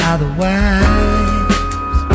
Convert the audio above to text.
Otherwise